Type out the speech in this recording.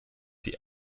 sie